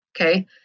okay